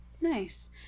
Nice